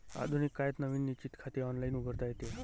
आधुनिक काळात नवीन निश्चित खाते ऑनलाइन उघडता येते